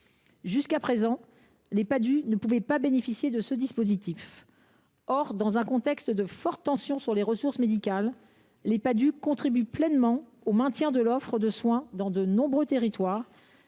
Jusqu’à présent, les Padhue ne pouvaient pas bénéficier de ce dispositif. Or, dans un contexte de forte tension sur les ressources médicales, les Padhue contribuent pleinement au maintien de l’offre de soin dans de nombreux territoires,